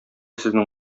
сезнең